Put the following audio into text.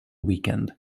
weekend